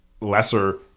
lesser